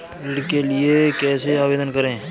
ऋण के लिए कैसे आवेदन करें?